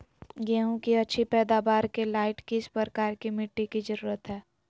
गेंहू की अच्छी पैदाबार के लाइट किस प्रकार की मिटटी की जरुरत है?